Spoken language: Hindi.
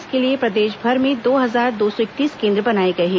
इसके लिए प्रदेशभर में दो हजार दो सौ इकतीस कोन्द्र बनाए गए हैं